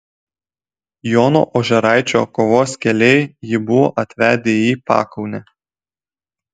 jono ožeraičio kovos keliai jį buvo atvedę į pakaunę